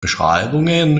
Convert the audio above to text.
beschreibungen